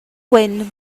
gwyn